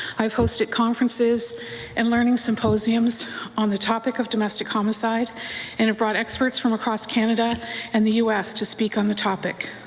i hosted conferences and learning symposiums on the topic of domestic homicide and brought experts from across canada and the u s. to speak on the topic.